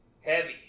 Heavy